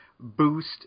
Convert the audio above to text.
boost